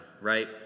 right